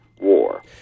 war